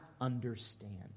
understand